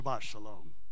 shalom